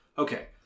Okay